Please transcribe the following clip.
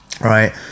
Right